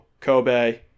Kobe